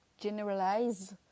generalize